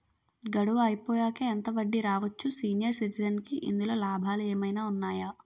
గడువు అయిపోయాక ఎంత వడ్డీ రావచ్చు? సీనియర్ సిటిజెన్ కి ఇందులో లాభాలు ఏమైనా ఉన్నాయా?